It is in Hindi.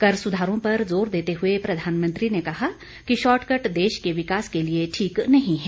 कर सुधारों पर जोर देते हुए प्रधानमंत्री ने कहा कि शॉर्टकट देश के विकास के लिए ठीक नहीं है